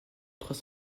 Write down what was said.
trois